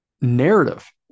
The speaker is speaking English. narrative